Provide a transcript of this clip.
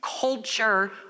culture